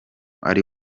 ari